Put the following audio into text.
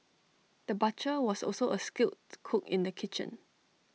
the butcher was also A skilled cook in the kitchen